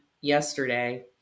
yesterday